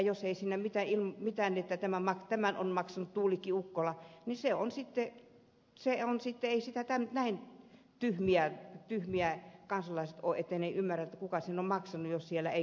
jos siinä ei lue mitään että tämän on maksanut tuulikki ukkola ja se on sitte se on sitten sitä niin näin tyhmiä kansalaiset eivät ole etteivät he ymmärrä kuka sen on maksanut